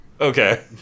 Okay